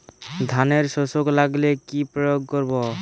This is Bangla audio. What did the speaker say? ধানের শোষক লাগলে কি প্রয়োগ করব?